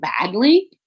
badly